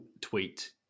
tweet